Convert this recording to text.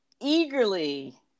eagerly